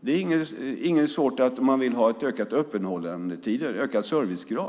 Det är inte svårt att vilja ha ökat öppethållande och ökad servicegrad.